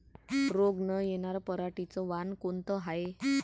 रोग न येनार पराटीचं वान कोनतं हाये?